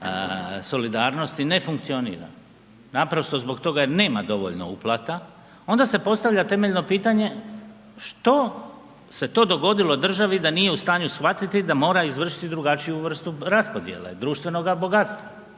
solidarnost ne funkcionira, naprosto zbog toga jer nema dovoljno uplata onda se postavlja temeljeno pitanje što se to dogodilo državi da nije u stanju shvatiti da mora izvršiti drugačiju vrstu raspodjele, društvenoga bogatstva?